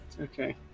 Okay